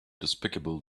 despicable